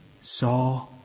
saw